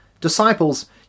disciples